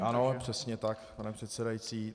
Ano, přesně tak, pane předsedající.